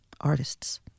artists